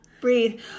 Breathe